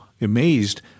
amazed